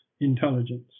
intelligence